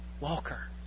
Walker